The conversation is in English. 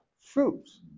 fruits